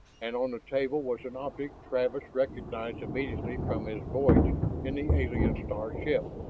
and on the table was an object travis recognized immediately from his voyage in the alien star ship,